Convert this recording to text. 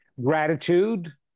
Gratitude